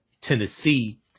Tennessee